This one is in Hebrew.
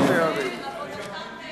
אני גם בלי תיק.